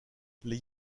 les